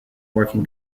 working